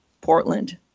Portland